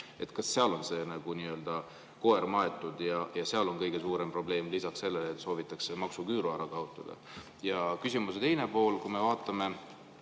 Kas sinna on koer maetud ja kas seal on kõige suurem probleem lisaks sellele, et soovitakse maksuküüru ära kaotada? Ja küsimuse teine pool. Kui me vaatame